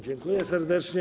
Dziękuję serdecznie.